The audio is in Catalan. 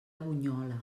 bunyola